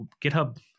github